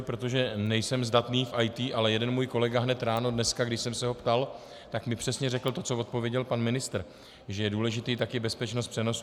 Protože nejsem zdatný v IT, ale jeden můj kolega mi hned ráno dneska, když jsem se ho ptal, přesně řekl to, co odpověděl pan ministr, že je důležitá taky bezpečnost přenosu.